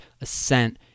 ascent